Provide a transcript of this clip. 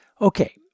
Okay